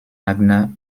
magna